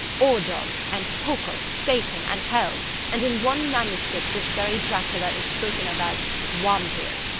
ordog, and pokol' satan and hell and in one manuscript this very dracula is spoken of as wampyr,